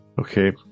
Okay